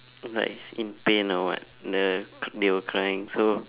like in pain or what the they were crying so